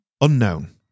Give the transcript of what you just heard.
Unknown